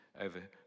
Over